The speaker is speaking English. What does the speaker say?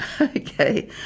Okay